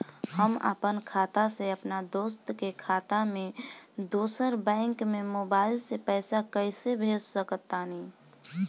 हम आपन खाता से अपना दोस्त के खाता मे दोसर बैंक मे मोबाइल से पैसा कैसे भेज सकत बानी?